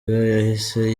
yahise